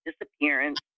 disappearance